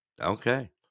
okay